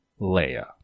Leia